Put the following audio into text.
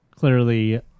Clearly